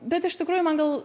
bet iš tikrųjų man gal